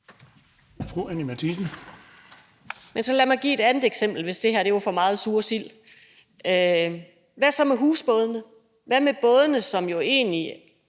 Men så lad mig give et andet eksempel, hvis det her var for meget sure sild. Hvad så med husbådene? Hvad med bådene? Alle danskere